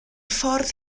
ffordd